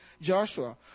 Joshua